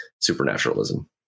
supernaturalism